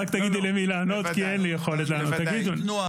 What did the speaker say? היום יום רביעי ט' בכסלו התשפ"ד, 22 בנובמבר